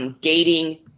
Gating